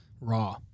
raw